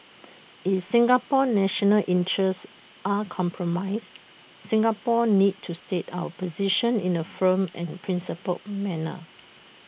if Singapore's national interests are compromised Singapore needs to state our position in A firm and principled manner